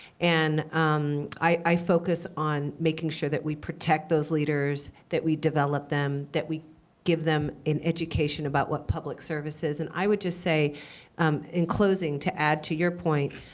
and i focus on making sure that we protect those leaders, that we develop them, that we give them an education about what public service is. and i would just say in closing, to add to your point,